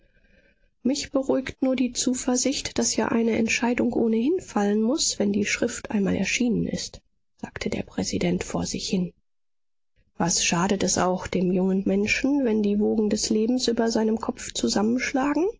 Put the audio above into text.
mich beruhigt nur die zuversicht daß ja eine entscheidung ohnehin fallen muß wenn die schrift einmal erschienen ist sagte der präsident vor sich hin was schadet es auch dem jungen menschen wenn die wogen des lebens über seinem kopf zusammenschlagen